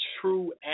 true